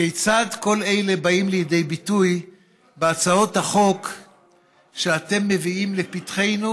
כיצד כל אלה באים לידי ביטוי בהצעות החוק שאתם מביאים לפתחנו